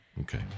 Okay